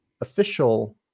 official